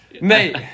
Mate